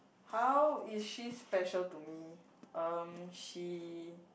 how is she special to me um she